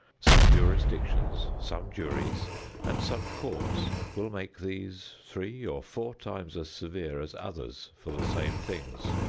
some jurisdictions, some juries and some courts will make these three or four times as severe as others for the same things.